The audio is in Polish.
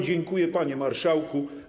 Dziękuję, panie marszałku.